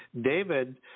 David